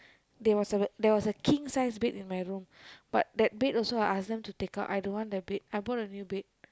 there was a there was a king sized bed in my room but that bed also I ask them to take out I don't want the bed I bought a new bed